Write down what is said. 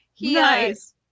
Nice